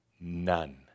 none